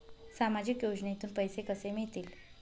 सामाजिक योजनेतून पैसे कसे मिळतील?